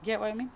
get what I mean